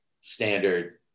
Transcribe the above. standard